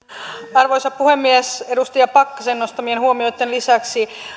arvoisa puhemies edustaja pakkasen nostamien huomioitten lisäksi